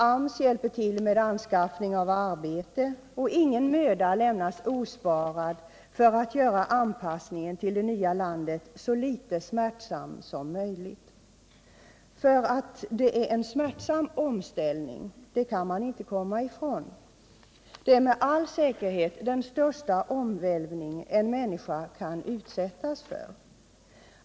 AMS hjälper till med anskaffning av arbete, och ingen möda lämnas ospard för att göra anpassningen till det nya landet så litet smärtsam som möjligt. Att det är en smärtsam omställning kan man nämligen inte komma ifrån. Det är med all säkerhet den största omvälvning en människa kan utsättas för.